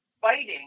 fighting